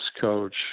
coach